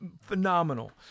phenomenal